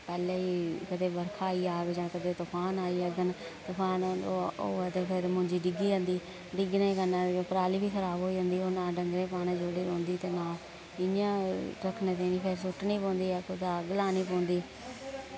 पैह्ले ही कदें बर्खा आई जाग जां कंदे तूफान आई जाहङन तूफान हो होऐ ते फिर मुंजी डिग्गी जंदी डिग्गने कन्नै उयो पराली बी खराब होई जंदी ओह् ना डांगरें पाने जोगी रौह्नदी ते ना इयां रक्खने ताईं फिर सुट्टने पौंदी जां कुतै अग्ग लाने पौंदी